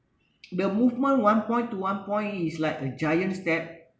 the movement one point to one point is like a giant step